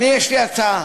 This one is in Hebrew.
יש לי הצעה,